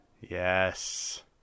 Yes